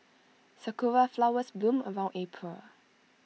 Sakura Flowers bloom around April